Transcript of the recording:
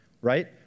right